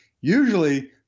Usually